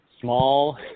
small